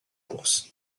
course